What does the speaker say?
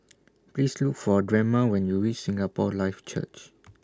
Please Look For Drema when YOU REACH Singapore Life Church